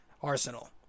arsenal